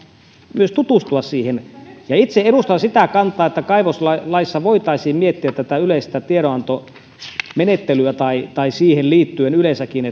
tutustua siihen itse edustan sitä kantaa että kaivoslaissa voitaisiin miettiä tätä yleistä tiedonantomenettelyä tai tai siihen liittyen yleensäkin